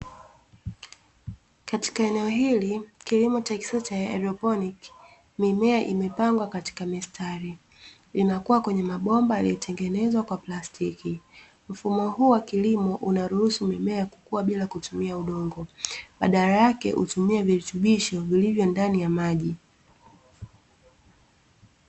Katika eneo hili, kilimo cha kisasa cha "haidroponiki" mimea imepangwa katika mistari, inakua kwenye mabomba yaliyotengenezwa kwa plastiki. Mfumo huu wa kilimo unaruhusu mimea kukua bila kutumia udongo, badala yake hutumia virutubisho vilivyo ndani ya maji.